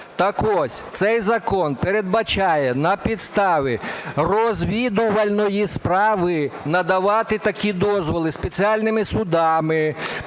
Так ось, цей закон передбачає на підставі розвідувальної справи надавати такі дозволи спеціальними судами,